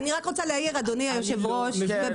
כאשר דיברתי עם המשנה ליועץ המשפטי לממשלה